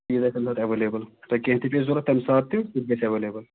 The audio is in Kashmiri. چیٖز آسہِ تَمہِ ساتہٕ اٮ۪ویلیبٕل تۄہہِ کیٚنہہ تہِ پے ضوٚرتھ تَمہِ ساتہٕ تہِ سُہ تہِ گژھِ اٮ۪ویلیبٕل